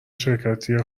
شرکتی